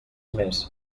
més